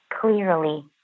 clearly